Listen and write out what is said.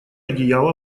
одеяло